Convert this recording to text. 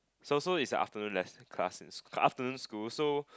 so so it's a afternoon less~ class and sc~ afternoon school so